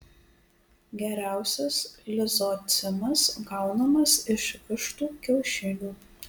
geriausias lizocimas gaunamas iš vištų kiaušinių